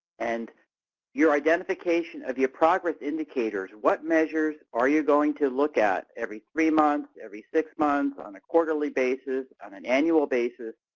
and your identification of your progress indicators. what measures are you going to look at every three months, every six months, months, on a quarterly basis, on an annual basis,